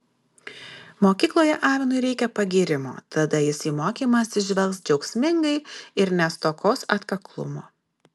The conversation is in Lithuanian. mokykloje avinui reikia pagyrimo tada jis į mokymąsi žvelgs džiaugsmingai ir nestokos atkaklumo